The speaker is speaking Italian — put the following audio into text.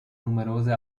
numerose